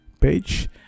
page